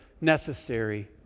necessary